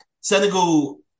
Senegal